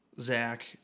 Zach